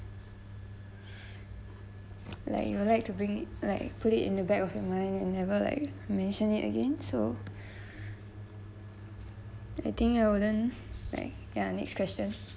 like you would like to bring it like put it in the back of your mind and never like mention it again so I think I wouldn't like ya next question